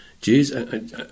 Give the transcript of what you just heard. Jesus